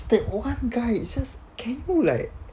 that one guy it just can you like